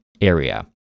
area